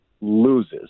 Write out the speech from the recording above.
loses